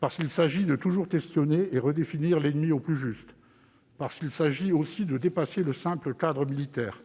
parce qu'il faut toujours questionner et redéfinir l'ennemi au plus juste, parce qu'il s'agit, aussi, de dépasser le simple cadre militaire.